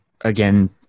again